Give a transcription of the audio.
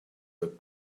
look